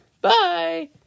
Bye